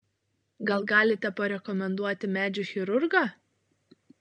gal galite parekomenduoti medžių chirurgą